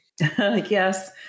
Yes